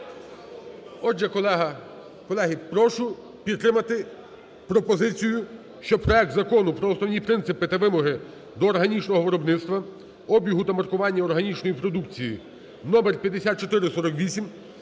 Отже, колеги, прошу підтримати пропозицію, що проект Закону про основні принципи та вимоги до органічного виробництва, обігу та маркування органічної продукції, номер 5448,